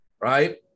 right